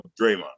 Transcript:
Draymond